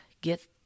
Get